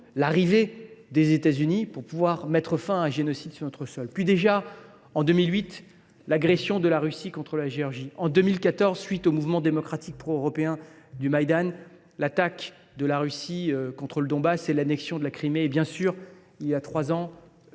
l’arrivée des États Unis pour pouvoir mettre fin à un génocide sur notre sol. En 2008, ce fut l’agression de la Russie contre la Géorgie. En 2014, à la suite du mouvement démocratique pro européen du Maïdan, ce fut l’attaque de la Russie contre le Donbass et l’annexion de la Crimée. Et, bien entendu, il y a eu